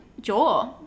jaw